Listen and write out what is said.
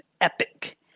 epic